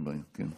אין בעיה, כן.